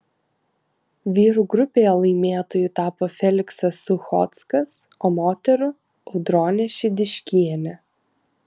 vyrų grupėje laimėtoju tapo feliksas suchockas o moterų audronė šidiškienė